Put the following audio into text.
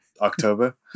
october